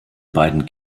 beiden